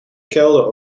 kelder